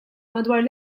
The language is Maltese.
madwar